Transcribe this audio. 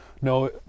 no